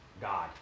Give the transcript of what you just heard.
God